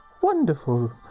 Wonderful